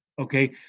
Okay